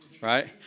Right